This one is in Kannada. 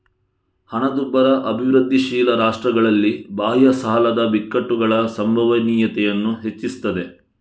ಹಣದುಬ್ಬರ ಅಭಿವೃದ್ಧಿಶೀಲ ರಾಷ್ಟ್ರಗಳಲ್ಲಿ ಬಾಹ್ಯ ಸಾಲದ ಬಿಕ್ಕಟ್ಟುಗಳ ಸಂಭವನೀಯತೆಯನ್ನ ಹೆಚ್ಚಿಸ್ತದೆ